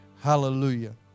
hallelujah